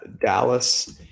Dallas